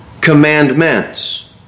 commandments